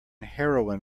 heroin